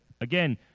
Again